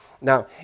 Now